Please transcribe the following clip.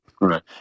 Right